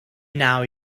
now